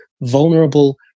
vulnerable